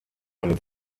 eine